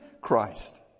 Christ